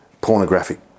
pornographic